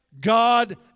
God